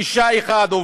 אישה אחת,